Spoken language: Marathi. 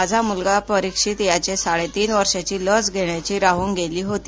माझा मूलगा परीक्षित याची साडेतीन वर्षाची लस घेण्याची राहन गेली होती